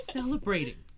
celebrating